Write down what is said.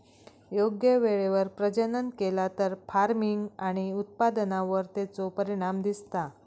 योग्य वेळेवर प्रजनन केला तर फार्मिग आणि उत्पादनावर तेचो परिणाम दिसता